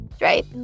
Right